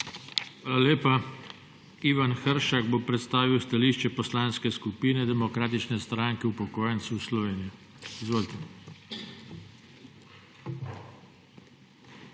Hvala lepa. Ivan Hršak bo predstavil stališče Poslanske skupine Demokratične stranke upokojencev Slovenije. Izvolite. IVAN HRŠAK